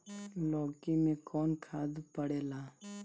लौकी में कौन खाद पड़ेला?